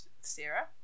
Sarah